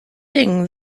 thing